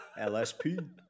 LSP